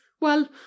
Well